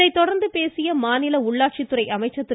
இதை தொடர்ந்து பேசிய மாநில உள்ளாட்சித் துறை அமைச்சர் திரு